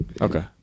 okay